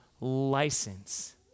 license